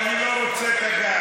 אני לא רוצה את הגב,